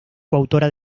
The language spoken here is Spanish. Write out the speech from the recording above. coautora